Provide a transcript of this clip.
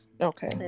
Okay